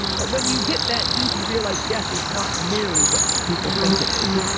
but when you get that deep, you realize death is not nearly what people think it is.